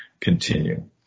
continue